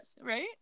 right